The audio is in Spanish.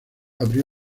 abrió